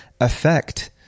affect